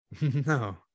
no